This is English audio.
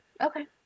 Okay